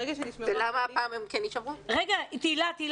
ברגע שנשמרו הכללים --- למה הפעם הם כן יישמרו?